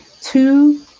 Two